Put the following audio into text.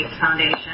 Foundation